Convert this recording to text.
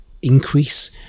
increase